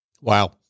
Wow